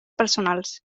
personals